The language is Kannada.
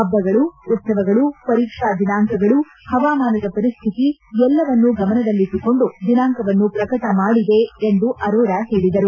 ಹಬ್ಬಗಳು ಉತ್ತವಗಳು ಪರೀಕ್ಷಾ ದಿನಾಂಕಗಳು ಹವಾಮಾನದ ಪರಿಸ್ಟಿತಿ ಎಲ್ಲವನ್ನು ಗಮನದಲ್ಲಿಟ್ಲುಕೊಂಡು ದಿನಾಂಕವನ್ನು ಪ್ರಕಟ ಮಾಡಿದೆ ಎಂದು ಅರೋರಾ ಹೇಳಿದರು